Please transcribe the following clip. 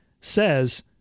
says